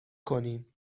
کنیم